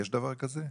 יש דבר כזה?